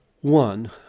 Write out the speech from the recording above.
One